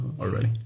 already